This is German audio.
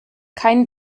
kein